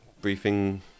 Briefing